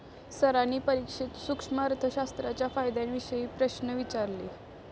सरांनी परीक्षेत सूक्ष्म अर्थशास्त्राच्या फायद्यांविषयी प्रश्न विचारले